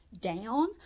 down